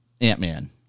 Ant-Man